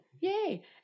Yay